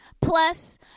Plus